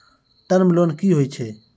Term loan कि होय छै?